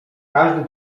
każdy